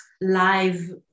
live